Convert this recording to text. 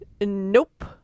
Nope